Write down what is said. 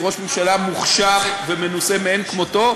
הוא ראש ממשלה מוכשר ומנוסה מאין-כמותו,